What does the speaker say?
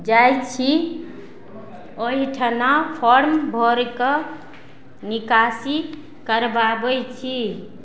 जाइ छी ओहिठना फॉर्म भरिके निकासी करबाबय छी